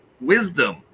wisdom